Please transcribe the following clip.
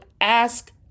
ask